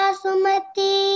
sumati